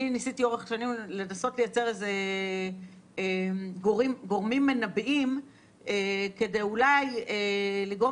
אני ניסיתי לאורך שנים לייצר גורמים מנבאים כדי אולי דרך